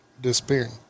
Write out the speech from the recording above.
disappearing